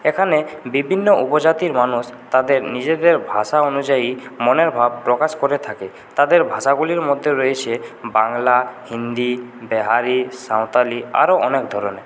এখানে বিভিন্ন উপজাতির মানুষ তাদের নিজেদের ভাষা অনুযায়ী মনের ভাব প্রকাশ করে থাকে তাদের ভাষাগুলির মধ্যে রয়েছে বাংলা হিন্দি বিহারি সাঁওতালি আরও অনেক ধরনের